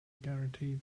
guarantee